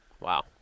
Wow